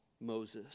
Moses